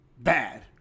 bad